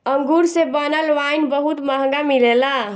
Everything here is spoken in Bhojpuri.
अंगूर से बनल वाइन बहुत महंगा मिलेला